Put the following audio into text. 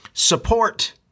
support